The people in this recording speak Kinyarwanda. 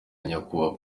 nyakubahwa